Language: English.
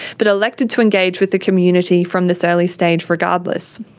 but elected to engage with the community from this early stage regardless.